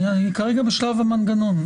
אני כרגע בשלב המנגנון.